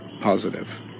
positive